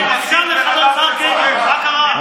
מה זה הצנזורה הזאת,